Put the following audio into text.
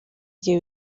njye